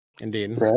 Indeed